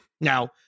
Now